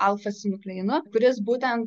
alfasinukleinu kuris būtent